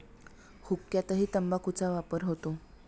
हुक्क्यातही तंबाखूचा वापर होतो